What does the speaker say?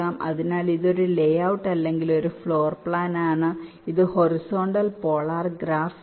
അതിനാൽ ഇത് ഒരു ലേഔട്ട് അല്ലെങ്കിൽ ഫ്ലോർ പ്ലാൻ ആണ് ഇത് ഹൊറിസോണ്ടൽ പോളാർ ഗ്രാഫ് ആണ്